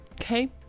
Okay